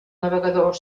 navegador